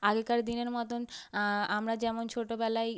আগেরকার দিনের মতন আমরা যেমন ছোটবেলায়